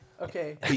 Okay